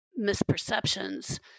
misperceptions